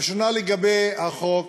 הראשונה, לגבי החוק.